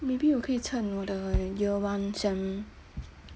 maybe 我可以趁我的 year one sem